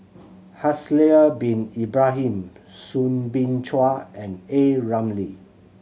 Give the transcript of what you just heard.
Haslir Bin Ibrahim Soo Bin Chua and A Ramli